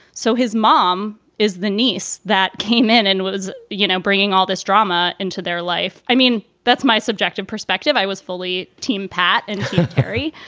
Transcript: so his mom is the niece that came in and was, you know, bringing all this drama into their life. i mean, that's my subjective perspective. i was fully team pat and jerry.